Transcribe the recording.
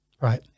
Right